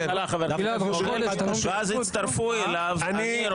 בהתחלה חבר הכנסת פוגל ואז הצטרפו אליו אני,